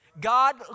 God